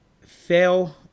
fail